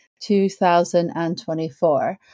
2024